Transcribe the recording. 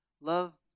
Love